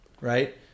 Right